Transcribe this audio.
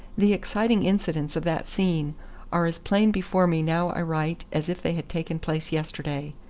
the exciting incidents of that scene are as plain before me now i write as if they had taken place yesterday.